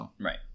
Right